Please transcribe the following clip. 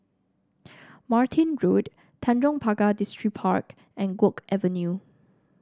Martin Road Tanjong Pagar Distripark and Guok Avenue